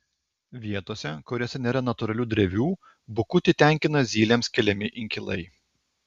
vietose kuriose nėra natūralių drevių bukutį tenkina zylėms keliami inkilai